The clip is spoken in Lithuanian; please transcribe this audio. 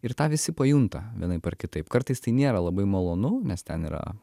ir tą visi pajunta vienaip ar kitaip kartais tai nėra labai malonu nes ten yra